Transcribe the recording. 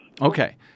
Okay